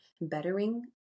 bettering